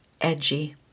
edgy